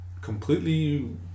Completely